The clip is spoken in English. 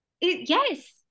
Yes